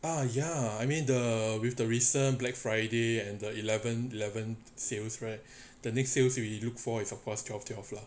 ah ya I mean the with the recent black friday and the eleven eleven sales right the next sales we look forward is of course twelve twelve lah